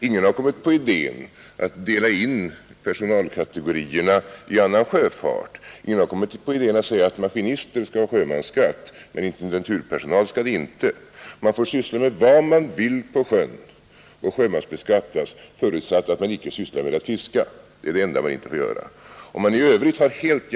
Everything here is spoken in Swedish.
Ingen har kommit på idén att dela in personalkategorierna i annan sjöfart och exempelvis säga att maskinister skall erlägga sjömansskatt men inte intendenturpersonal. Man får syssla med vad som helst på sjön och ändå sjömansbeskattas, förutsatt att man inte sysslar med fiske. Det är det enda man inte får göra, om man vill erlägga sjömansskatt.